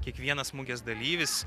kiekvienas mugės dalyvis